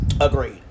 Agreed